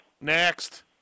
Next